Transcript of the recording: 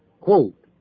quote